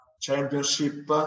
Championship